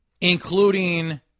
including